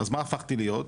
אז מה הפכתי להיות?